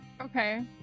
okay